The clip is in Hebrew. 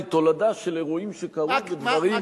תולדה של אירועים שקרו ודברים שהתרחשו.